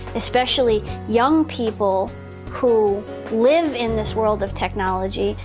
especially young people who live in this world of technology.